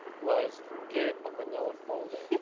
was gets a manila folder